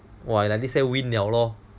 !wah! like this say win liao lor